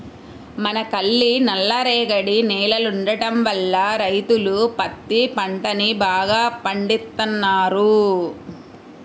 మనకల్లి నల్లరేగడి నేలలుండటం వల్ల రైతులు పత్తి పంటని బాగా పండిత్తన్నారు